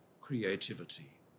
creativity